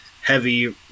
heavy